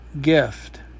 gift